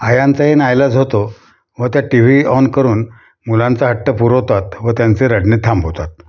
आयांचाही नाईलाज होतो व त्या टी व्ही ऑन करून मुलांचा हट्ट पुरवतात व त्यांचे रडणे थांबवतात